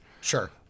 Sure